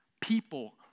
people